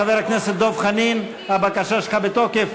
חבר הכנסת דב חנין, הבקשה שלך בתוקף?